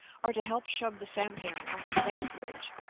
or to help shove the sampan off a sand ridge,